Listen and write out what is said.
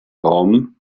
raum